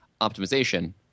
optimization